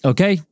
Okay